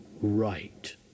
right